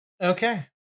Okay